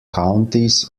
counties